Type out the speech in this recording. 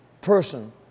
person